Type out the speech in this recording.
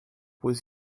was